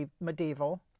medieval